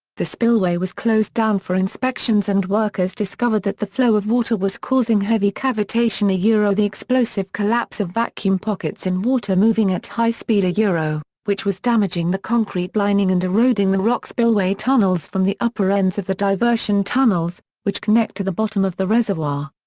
the spillway was closed down for inspections and workers discovered that the flow of water was causing heavy cavitation yeah the explosive collapse of vacuum pockets in water moving at high speed yeah which was damaging the concrete lining and eroding the rock spillway tunnels from the upper ends of the diversion tunnels, which connect to the bottom of the reservoir.